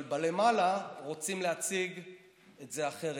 אבל למעלה רוצים להציג את זה אחרת.